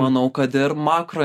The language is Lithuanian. manau kad ir makro